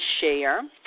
share